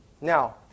Now